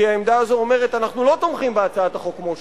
כי העמדה הזאת אומרת: אנחנו לא תומכים בהצעת החוק כמו שהיא.